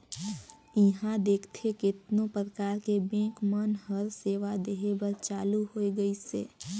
इहां देखथे केतनो परकार के बेंक मन हर सेवा देहे बर चालु होय गइसे